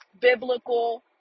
biblical